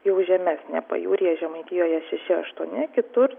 jau žemesnė pajūryje žemaitijoje šeši aštuoni kitur